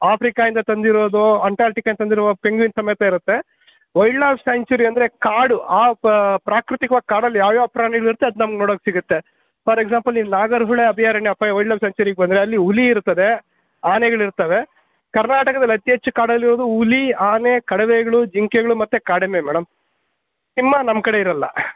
ಆಫ್ರಿಕಾಯಿಂದ ತಂದಿರೋದು ಅಂಟಾರ್ಟಿಕಾಯಿಂದ ತಂದಿರುವ ಪೆಂಗ್ವಿನ್ ಸಮೇತ ಇರುತ್ತೆ ವೈಲ್ಡ್ ಲೈಫ್ ಸ್ಯಾಂಚುರಿ ಅಂದರೆ ಕಾಡು ಆ ಪ ಪ್ರಾಕೃತಿಕವಾದ ಕಾಡಲ್ಲಿ ಯಾವ್ಯಾವ ಪ್ರಾಣಿಗಳಿರುತ್ತೆ ಅದು ನಮ್ಗೆ ನೋಡೋಕ್ ಸಿಗತ್ತೆ ಫಾರ್ ಎಕ್ಸಾಂಪಲ್ ನೀವು ನಾಗರಹೊಳೆ ಅಭಯಾರಣ್ಯ ಅಥವಾ ವೈಲ್ಡ್ ಲೈಫ್ ಸ್ಯಾಂಚುರಿಗೆ ಬಂದರೆ ಅಲ್ಲಿ ಹುಲಿ ಇರ್ತದೆ ಆನೆಗಳಿರ್ತವೆ ಕರ್ನಾಟಕದಲ್ಲಿ ಅತೀ ಹೆಚ್ಚು ಕಾಡಲ್ಲಿರೋದು ಹುಲಿ ಆನೆ ಕಡವೆಗಳು ಜಿಂಕೆಗಳು ಮತ್ತು ಕಾಡೆಮ್ಮೆ ಮೇಡಮ್ ಸಿಂಹ ನಮ್ಮ ಕಡೆ ಇರಲ್ಲ